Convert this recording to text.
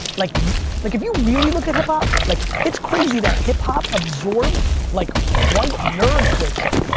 like and like if you really look at hip hop, like it's crazy that hip hop absorbed like white nerd culture,